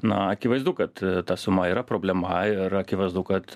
na akivaizdu kad ta suma yra problema ir akivaizdu kad